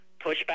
pushback